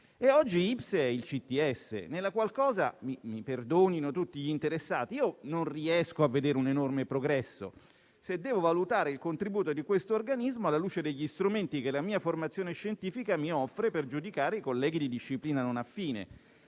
scientifico, nella qual cosa - mi perdonino tutti gli interessati - io non riesco a vedere un enorme progresso, se devo valutare il contributo di questo organismo alla luce degli strumenti che la mia formazione scientifica mi offre per giudicare i colleghi di disciplina non affine: